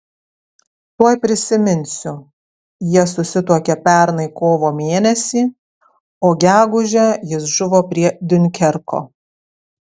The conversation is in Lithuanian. tuoj prisiminsiu jie susituokė pernai kovo mėnesį o gegužę jis žuvo prie diunkerko